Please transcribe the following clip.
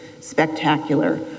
spectacular